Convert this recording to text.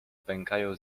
pękają